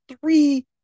three